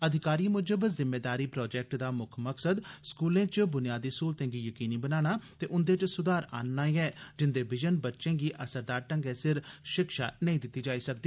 अधिकारियें म्जब जिम्मेदारी प्रोजैक्ट दा म्क्ख मकसद स्कूलें च बुनियादी स्हूलतें गी यकीनी बनाना ते उन्दे च सुधार आनना ऐ जिन्दे बिजन बच्चे गी असरदार ढंगै सिर शिक्षा नेई दिती जाई सकदी